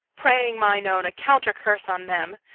praying mine own, a counter-curse on them.